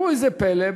ראו איזה פלא,